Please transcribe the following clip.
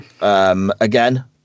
Again